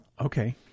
Okay